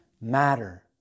matter